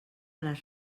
les